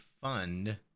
fund